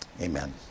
Amen